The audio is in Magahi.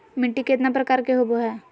मिट्टी केतना प्रकार के होबो हाय?